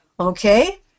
Okay